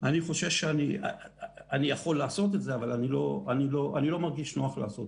אני יכול לעשות את זה אבל אני לא מרגיש נוח לעשות